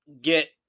Get